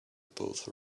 both